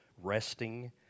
resting